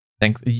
Thanks